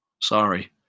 Sorry